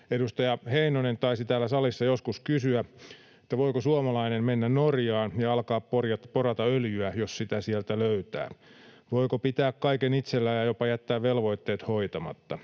Edustaja Heinonen taisi täällä salissa joskus kysyä, voiko suomalainen mennä Norjaan ja alkaa porata öljyä, jos sitä sieltä löytää. Voiko pitää kaiken itsellään ja jopa jättää velvoitteet hoitamatta?